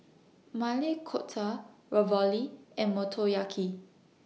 Maili Kofta Ravioli and Motoyaki